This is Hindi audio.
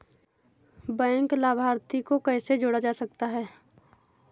बैंक लाभार्थी को कैसे जोड़ा जा सकता है?